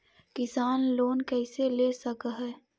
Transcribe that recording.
किसान लोन कैसे ले सक है?